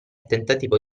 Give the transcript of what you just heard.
tentativo